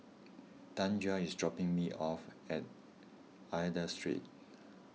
Tanja is dropping me off at Aida Street